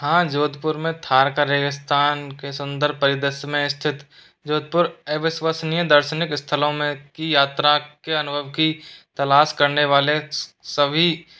हाँ जोधपुर में थार का रेगिस्तान के संदर्भ परिदृश्य में स्थित जोधपुर अविश्वसनीय दर्शनिक स्थलों में की यात्रा के अनुभव की तलाश करने वाले सभी